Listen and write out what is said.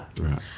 Right